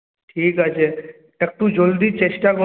ঠিক আছে একটু জলদি চেষ্টা করুন